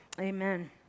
Amen